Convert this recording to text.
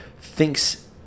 thinks